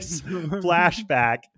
flashback